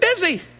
busy